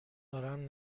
دارم